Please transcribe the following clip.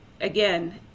again